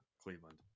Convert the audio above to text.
Cleveland